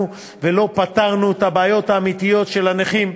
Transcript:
ולא פתרנו את הבעיות האמיתיות של הנכים,